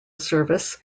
service